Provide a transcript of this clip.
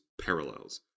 parallels